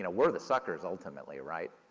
and we're the suckers ultimately, right.